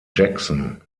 jackson